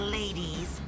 ladies